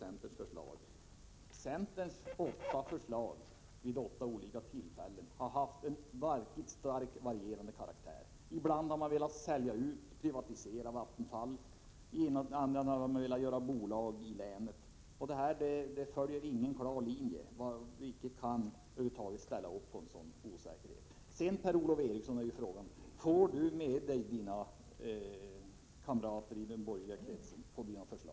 Men dessa förslag från centern har vid samtliga åtta tillfällen verkligen varierat väldigt mycket, för endera har man velat sälja ut, privatisera, Vattenfall eller också har man velat bolagisera. Man följer alltså ingen klar linje. Vem kan ansluta sig till förslag som visar prov på sådan osäkerhet? Går det att få de borgerliga kamraterna att ansluta sig till Per-Ola Erikssons förslag?